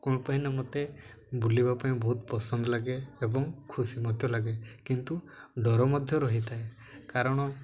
କ'ଣ ପାଇଁନା ମତେ ବୁଲିବା ପାଇଁ ବହୁତ ପସନ୍ଦ ଲାଗେ ଏବଂ ଖୁସି ମଧ୍ୟ ଲାଗେ କିନ୍ତୁ ଡର ମଧ୍ୟ ରହିଥାଏ କାରଣ